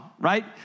right